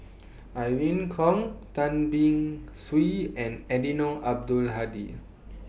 Irene Khong Tan Beng Swee and Eddino Abdul Hadi